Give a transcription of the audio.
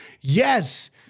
Yes